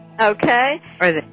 Okay